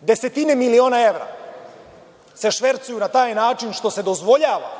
Desetine miliona evra se švercuje na taj način što se dozvoljava